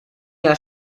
jahr